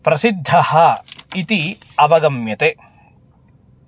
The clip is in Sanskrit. प्रसिद्धः इति अवगम्यते